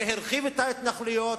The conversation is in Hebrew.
זה הרחיב את ההתנחלויות,